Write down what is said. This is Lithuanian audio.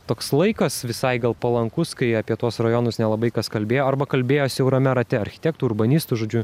toks laikas visai gal palankus kai apie tuos rajonus nelabai kas kalbėjo arba kalbėjo siaurame rate architektų urbanistų žodžiu